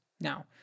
Now